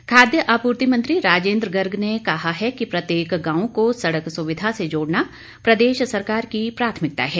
गर्ग खाद्य आपूर्ति मंत्री राजिन्द्र गर्ग ने कहा है कि प्रत्येक गांव को सड़क सुविधा से जोड़ना प्रदेश सरकार की प्राथमिकता है